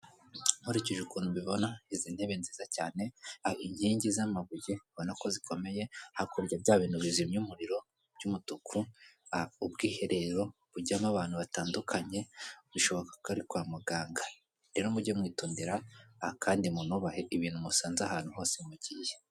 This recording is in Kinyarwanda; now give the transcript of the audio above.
Nkurikije ukuntu mbibona izi ntebe nziza cyane inkingi z'amabuye mbona ko zikomeye, hakurya bya bintu bizimya umuriro by'umutuku, ubwiherero bujyamo abantu batandukanye bishoboka ko ari kwa muganga. Rero mujye mwitondera kandi munubahe ibintu musanze ahantu hose mugiye.